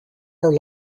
are